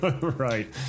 right